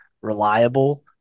reliable